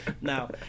Now